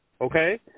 okay